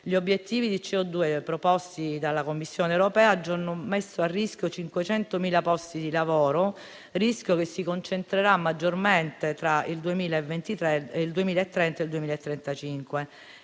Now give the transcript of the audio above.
gli obiettivi di CO2 proposti dalla Commissione europea hanno già messo a rischio 500.000 posti di lavoro. Un rischio che si concentrerà maggiormente tra il 2030 e il 2035.